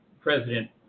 President